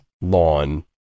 lawn